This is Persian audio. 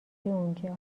اونجا